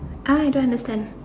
ah I don't understand